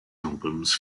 albums